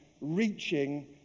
reaching